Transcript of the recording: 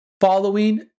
following